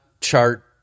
chart